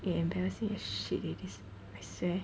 eh embarrassing as shit eh this I swear